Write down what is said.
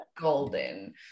golden